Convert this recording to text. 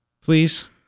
Please